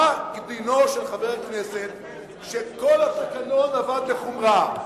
מה דינו של חבר כנסת כשכל התקנון עבד לחומרה,